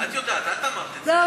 את יודעת, את אמרת את זה.